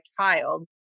child